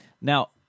now